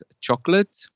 chocolate